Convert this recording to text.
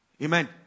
Amen